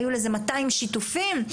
היו לזה מאתיים שיתופים,